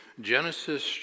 Genesis